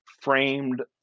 framed